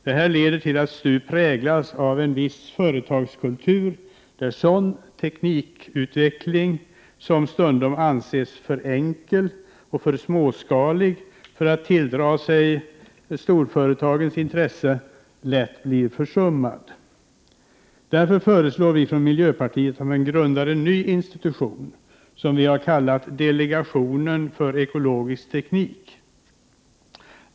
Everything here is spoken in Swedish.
Det här leder till att STU präglas av en viss företagskultur, där sådan teknikutveckling som stundom anses för enkel eller för småskalig för att tilldra sig storföretagens intresse lätt blir försummad. Därför föreslår vi från miljöpartiet att man grundar en ny institution, som vi vill kalla Delegationen för ekologisk teknik.